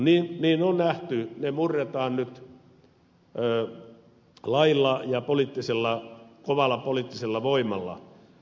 niin on nähty ne murretaan nyt lailla ja kovalla poliittisella voimalla